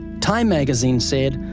time magazine said,